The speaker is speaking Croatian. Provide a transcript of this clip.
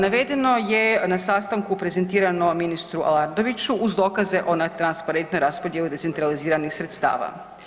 Navedeno je na sastanku prezentirano ministru Aladroviću uz dokaze o netransparentnoj raspodjeli decentraliziranih sredstava.